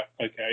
Okay